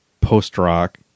post-rock